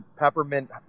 peppermint